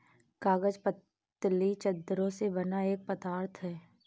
कागज पतली चद्दरों से बना एक पदार्थ है